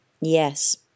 Yes